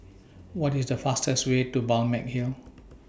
What IS The fastest Way to Balmeg Hill